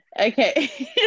Okay